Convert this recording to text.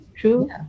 true